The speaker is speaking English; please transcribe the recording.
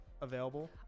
Available